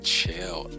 Chill